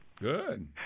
Good